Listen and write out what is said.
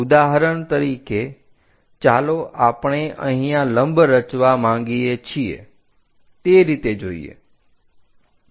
ઉદાહરણ તરીકે ચાલો આપણે અહીંયા લંબ રચવા માગીએ છીએ તે રીતે જોઈએ